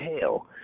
hell